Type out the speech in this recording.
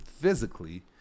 physically